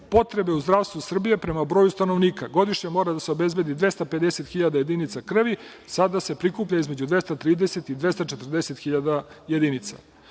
potreba u zdravstvu Srbije prema broju stanovnika. Godišnje mora da se obezbedi 250.000 jedinica krvi. Sada se prikuplja između 230 i 240.000 jedinica. Postojeći